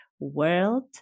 world